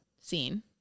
scene